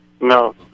No